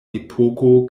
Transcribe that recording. epoko